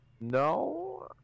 no